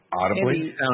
Audibly